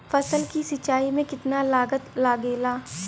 फसल की सिंचाई में कितना लागत लागेला?